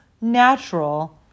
natural